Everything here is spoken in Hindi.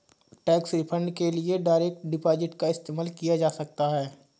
टैक्स रिफंड के लिए डायरेक्ट डिपॉजिट का इस्तेमाल किया जा सकता हैं